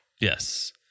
Yes